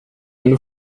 eine